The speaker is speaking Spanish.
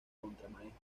contramaestre